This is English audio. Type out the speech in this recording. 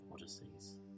odysseys